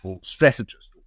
strategist